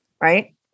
Right